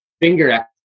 finger